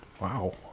Wow